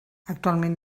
actualment